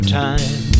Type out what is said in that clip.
time